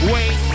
Wait